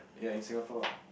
ya in Singapore ah